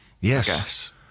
Yes